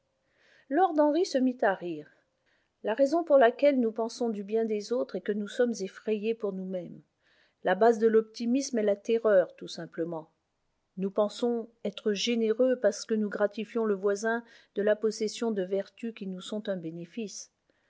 lord henry se mit à rire la raison pour laquelle nous pensons du bien des autres est que nous sommes effrayés pour nous mêmes la base de l'optimisme est la terreur tout simplement nous pensons être généreux parce que nous gratifions le voisin de la possession de vertus qui nous sont un bénéfice